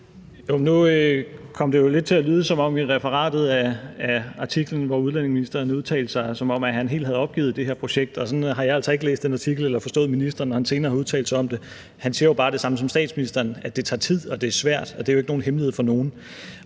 Nu kom det i referatet af artiklen, hvor udlændingeministeren udtalte sig, lidt til at lyde, som om udlændingeministeren helt havde opgivet det her projekt, og sådan har jeg altså ikke læst den artikel eller forstået ministeren, når han senere har udtalt sig om det. Han siger jo bare det samme som statsministeren: at det tager tid og det er svært. Og det er jo ikke nogen hemmelighed for nogen.